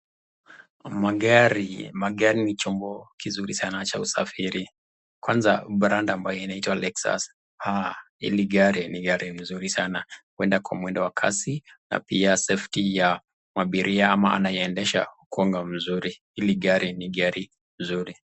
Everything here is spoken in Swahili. Magari, magari ni chombo kizuri sana cha usafiri kwanza brand ambayo inaitwa lexus, haa! hili gari ni gari mzuri sana, huenda kwa mwendo wa kasi na pia safety ya abiria ama anayeendesha hukuwanga mzuri, hili gari ni gari mzuri.